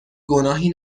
گناهی